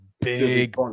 big